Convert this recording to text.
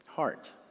heart